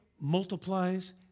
multiplies